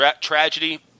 Tragedy